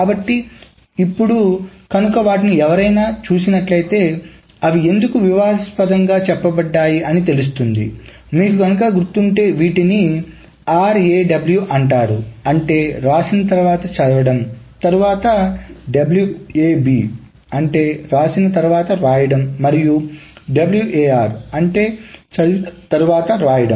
కాబట్టి ఇప్పుడు కనుక వాటిని ఎవరైనా చూసినట్లయితే అవి ఎందుకు వివాదాస్పదంగా చెప్పబడ్డాయి అని తెలుస్తుంది మీకు కనుక గుర్తుంటే వీటిని RAW అంటారు అంటేవ్రాసిన తర్వాత చదవడం తర్వాత WAW వ్రాసిన తర్వాత వ్రాయడం మరియు WAR అనేది చదివిన తర్వాత వ్రాయడం